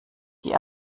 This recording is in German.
die